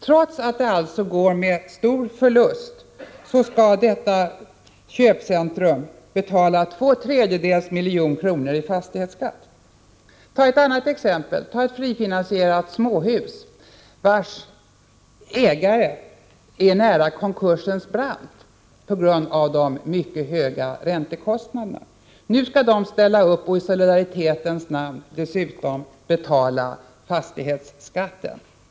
Trots att det således går med stor förlust, skall detta köpcentrum betala två tredjedels miljoner kronor i fastighetsskatt. Ett annat exempel: ett frifinansierat småhus. Ägaren är nära konkursens brant på grund av de mycket höga räntekostnaderna. Han skall nu ställa upp och i solidaritetens namn dessutom betala fastighetsskatt.